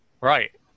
Right